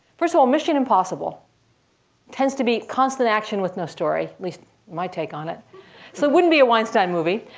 first of all, mission impossible tends to be constant action with no story, at least my take on it. so it wouldn't be a weinstein movie.